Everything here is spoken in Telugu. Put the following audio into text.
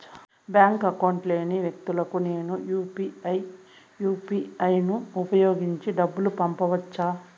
బ్యాంకు అకౌంట్ లేని వ్యక్తులకు నేను యు పి ఐ యు.పి.ఐ ను ఉపయోగించి డబ్బు పంపొచ్చా?